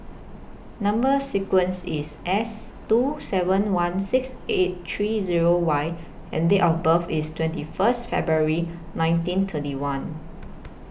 Number sequence IS S two seven one six eight three Zero Y and Date of birth IS twenty First February nineteen thirty one